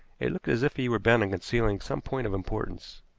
it looked as if he were bent on concealing some point of importance.